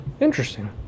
interesting